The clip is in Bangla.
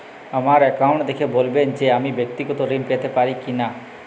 আমার অ্যাকাউন্ট দেখে বলবেন যে আমি ব্যাক্তিগত ঋণ পেতে পারি কি না?